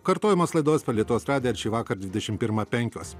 kartojamos laidos per lietuvos radiją ir šįvakar dvidešim pirmą penkios